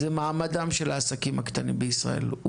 זה מעמדם של העסקים הקטנים בישראל.